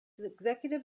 executive